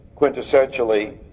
quintessentially